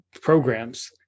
programs